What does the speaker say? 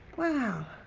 wow.